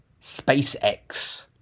SpaceX